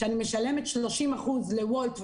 כשאני משלמת 30% ל"וולט",